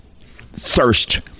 thirst